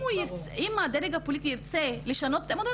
אם הדרג הפוליטי ירצה לשנות את המודל,